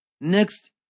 Next